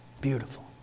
Beautiful